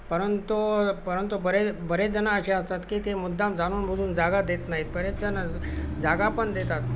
परंतु परंतु बरे बरेचजणं असे असतात की ते मुद्दाम जाणूनबुजून जागा देत नाहीत बरेचजण जागा पण देतात